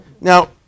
Now